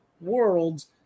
worlds